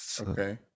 Okay